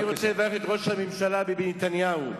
אני רוצה לברך את ראש הממשלה בנימין נתניהו.